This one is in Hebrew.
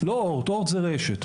לא אורט, אורט זו רשת.